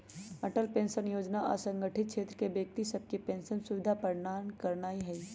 Atal pension जोजना असंगठित क्षेत्र के व्यक्ति सभके पेंशन सुविधा प्रदान करनाइ हइ